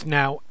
now